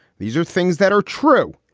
these are things that are true.